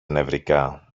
νευρικά